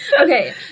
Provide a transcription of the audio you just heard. Okay